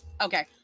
Okay